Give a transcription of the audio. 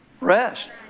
Rest